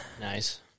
nice